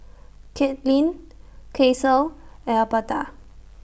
Katlynn Caesar Elberta